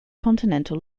continental